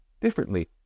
differently